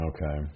Okay